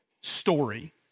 story